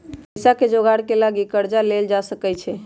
पइसाके जोगार के लागी कर्जा लेल जा सकइ छै